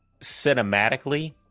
cinematically